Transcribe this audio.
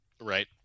Right